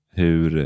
hur